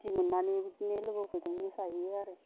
फुरथि मोननानै बिदिनो लोगोफोरजों मोसाहैयो आरो